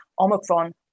Omicron